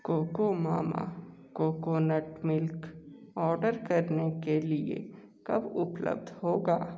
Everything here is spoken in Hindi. cocoa Mama coconut milk order करने के लिए कब उपलब्ध होगा